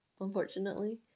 unfortunately